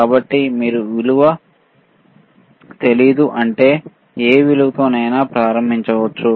కాబట్టి మీరు విలువ తెలియదు అంటే ఏ విలువతోనైనా ప్రారంభించవచ్చు